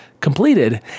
completed